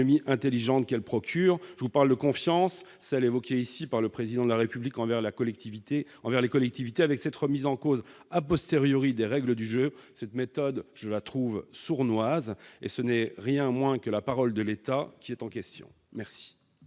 intelligentes qu'elle procure. Je vous parle de confiance, celle qu'a évoquée le Président de la République envers les collectivités. La remise en cause des règles du jeu, cette méthode, je la trouve sournoise. Ce n'est rien moins que la parole de l'État qui est en question. La